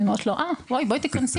אני אומרת לה "בואי תכנסי,